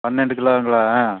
பன்னெண்டு கிலோங்களா ஆ